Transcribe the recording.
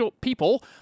people